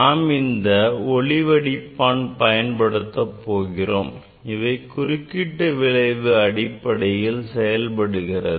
நாம் இந்த ஒளி வடிப்பான்கள் பயன்படுத்த போகிறோம் இவை குறுக்கீட்டு விளைவு அடிப்படையில் செயல்படுகிறது